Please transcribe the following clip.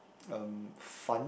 um fun